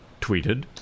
tweeted